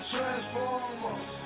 Transformers